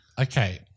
Okay